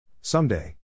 Someday